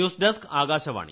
news desk Akashvani